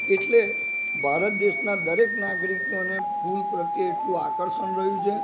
એટલે ભારત દેશના દરેક નાગરિકોને ફૂલ પ્રત્યે એટલું આકર્ષણ રહ્યું છે